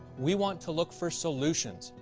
we want to look for solutions,